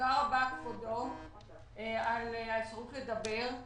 תודה רבה, כבודו, על הזכות לדבר.